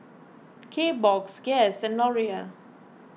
Kbox Guess and Laurier